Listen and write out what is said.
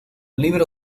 libro